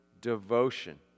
devotion